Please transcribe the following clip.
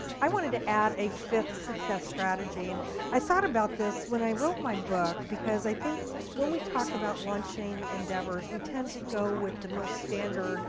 i wanted to add a fifth success strategy. and i thought about this when i wrote my book, because i think when we talk about launching endeavors, we tend to go with the most standard